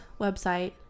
website